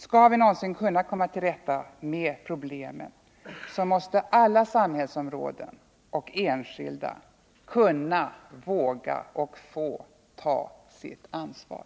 Skall vi någonsin kunna komma till rätta med problemen måste alla samhällsområden och enskilda kunna, våga och få ta sitt ansvar.